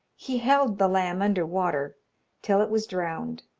he held the lamb under water till it was drowned,